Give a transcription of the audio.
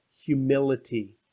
humility